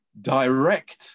direct